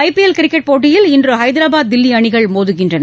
IPL cricket போட்டியில் இன்றுஐதராபாத் தில்லிஅணிகள் மோதுகின்றன